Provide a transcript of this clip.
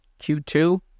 Q2